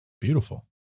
Beautiful